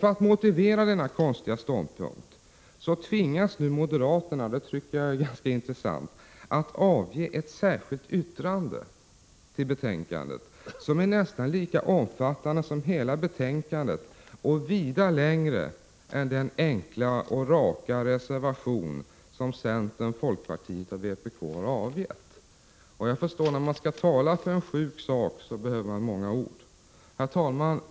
För att motivera denna konstiga ståndpunkt tvingas nu moderaterna — och det tycker jag är ganska intressant — att avge ett särskilt yttrande, som är nästan lika omfattande som hela betänkandet och vida längre än den enkla och raka reservation som centern, folkpartiet och vpk har avgett. Jag förstår att när man skall tala för en sjuk sak, då behöver man många ord. Herr talman!